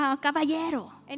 caballero